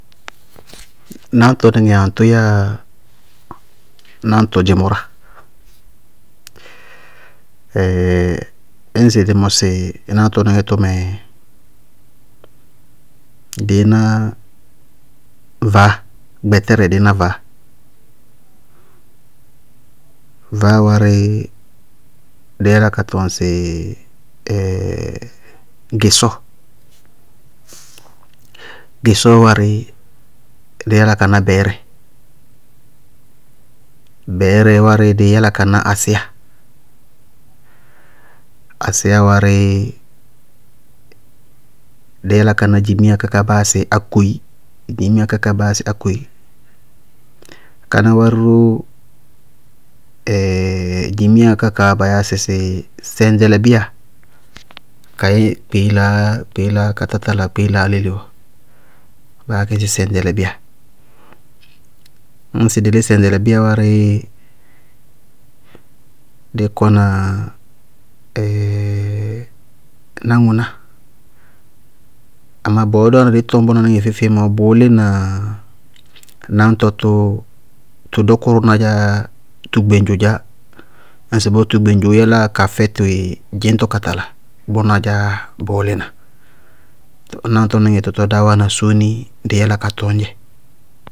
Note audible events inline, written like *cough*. Náñtɔníŋɛ aŋtʋ yáa náñtɔ dzɩmʋráa? *hesitation* ñŋsɩ dí mɔsɩ náñtɔníŋɛ tʋ, dɩíná vaáa, gbɛtɛrɛ dɩíná vaáa. Vaáa warí, dɩí yála ka tɔŋ sɩ *hesitation* gɩsɔɔ, gɩsɔɔ wárí dɩí yála ka ná bɛɛrɛ, bɛɛrɛ wárí dɩí yála ka ná adíya, asíya wárí dɩí yála ka ná dzimiya kákaá baa yáa sɩ ákoyí. Káná wárí ró ɛɛɛ dzimiya kákaá baa yáa sɩ sɛŋɖɛlɩbíya, kayɛ kpeélaáá yá, kpeélaáá ka tá tala kpeélaáá léle bɔɔ, baá yá kɛ sɩ sɛŋɖɛlɛbíya, ñŋsɩ sɛŋɖɛlɛ sɛŋɖɛlɛbíya wárí, dɩí kɔna ɛɛɛ náŋʋná, amá bɔɔ dí wáana dɩí tɔñ bʋná níŋɛ feé-feé mɔ bʋʋ lína náñtɔ tʋ, tʋ dɔkʋrʋná dzá, tʋ gbeŋdzo dzaá, ñŋsɩ bɔ tʋ gbeŋdzo ŋɔɔ yáláa ka fɛbɩ tɔñ ye dzɩñtɔ ka tala, ŋʋná dzáá bʋʋ lína. Tɔ náñtɔ níŋɛ tɔɔ dáá wáana sóó nɩí dɩí yála ka tɔŋñdzɛ.